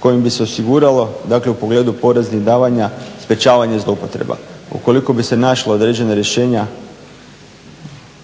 kojim bi se osiguralo u pogledu poreznih davanja sprečavanje zloupotreba. Ukoliko bi se našla određena rješenja